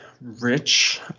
rich